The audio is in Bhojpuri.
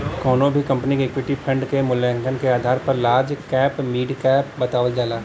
कउनो भी कंपनी क इक्विटी फण्ड क मूल्यांकन के आधार पर लार्ज कैप मिड कैप बतावल जाला